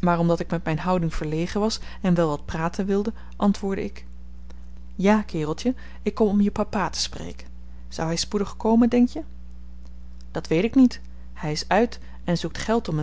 maar omdat ik met myn houding verlegen was en wel wat praten wilde antwoordde ik ja kereltje ik kom om je papa te spreken zou hy spoedig komen denk je dat weet ik niet hy is uit en zoekt geld om